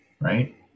Right